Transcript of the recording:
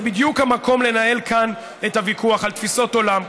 זה בדיוק המקום לנהל כאן את הוויכוח על תפיסות עולם,